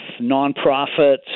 nonprofits